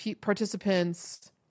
participants